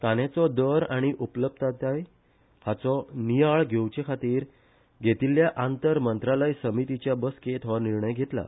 कांद्याचो दर आनी उपलब्धताय हाचो नियाळ घेवचेखातीर घेतिल्ल्या आंतर मंत्रालय समितीच्या बसकेत हो निर्णय घेतला